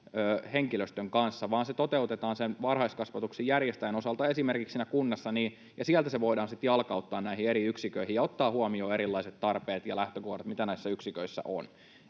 henkilöstön kanssa vaan se toteutetaan sen varhaiskasvatuksen järjestäjän osalta esimerkiksi siinä kunnassa niin, ja sieltä se voidaan sitten jalkauttaa näihin eri yksiköihin ja ottaa huomioon erilaiset tarpeet ja lähtökohdat, mitä näissä yksiköissä on.